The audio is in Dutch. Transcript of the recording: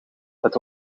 het